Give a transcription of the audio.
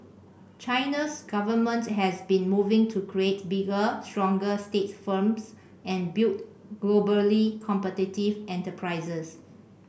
China's government has been moving to create bigger stronger state firms and build globally competitive enterprises